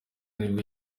nibwo